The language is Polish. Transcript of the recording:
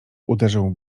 uderzył